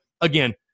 again